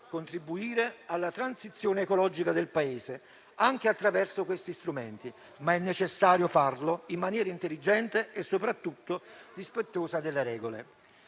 contribuire alla transizione ecologica del Paese anche attraverso questi strumenti, ma è necessario farlo in maniera intelligente e soprattutto rispettosa delle regole.